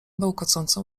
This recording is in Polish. bełkocącą